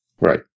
Right